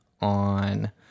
on